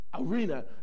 arena